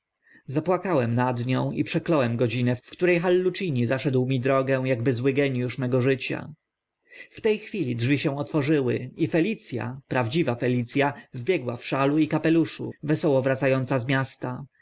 dżetatturze zapłakałem nad nią i przekląłem godzinę w które hallucini zaszedł mi drogę akby zły geniusz mego życia w te chwili drzwi się otworzyły i felic a prawdziwa felic a wbiegła w szalu i kapeluszu wesoło wraca ąca z miasta